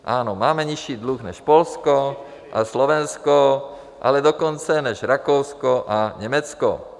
Ano, máme nižší dluh než Polsko, Slovensko, ale dokonce i než Rakousko a Německo.